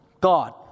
God